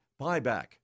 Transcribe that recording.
buyback